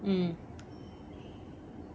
mm